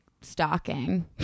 stalking